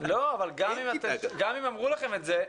גם אם אמרו לכם את זה,